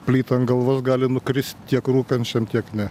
plyta ant galvos gali nukrist tiek rūkančiam tiek ne